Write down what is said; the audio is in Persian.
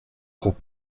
خوب